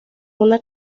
una